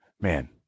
man